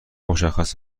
مشخص